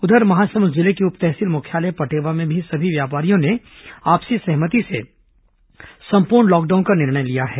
उधर महासमुंद जिले के उप तहसील मुख्यालय पटेवा में भी सभी व्यापारियों ने आपसी सहमति से संपूर्ण लॉकडाउन का निर्णय लिया है